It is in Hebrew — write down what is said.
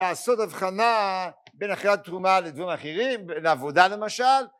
לעשות הבחנה בין אכילת תרומה לדברים האחרים, לעבודה למשל